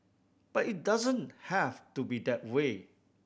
but it doesn't have to be that way